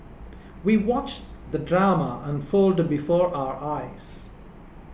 we watched the drama unfold before our eyes